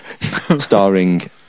starring